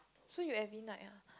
so you every night ah